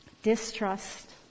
distrust